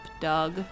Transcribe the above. Doug